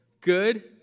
Good